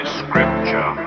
scripture